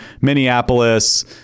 Minneapolis